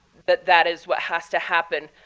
that that is what has to happen.